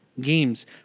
games